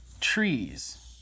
trees